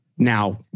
Now